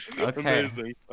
Amazing